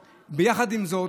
יחד עם זאת,